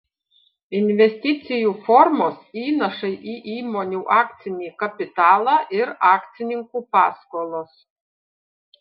investicijų formos įnašai į įmonių akcinį kapitalą ir akcininkų paskolos